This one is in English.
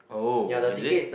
oh is it